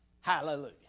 Hallelujah